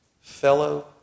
fellow